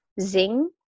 zing